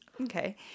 Okay